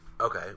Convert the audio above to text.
Okay